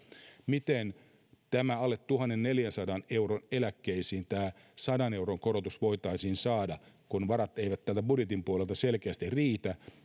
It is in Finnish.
miten alle tuhannenneljänsadan euron eläkkeisiin tämä sadan euron korotus voitaisiin saada kun varat eivät täältä budjetin puolelta selkeästi riitä